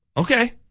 Okay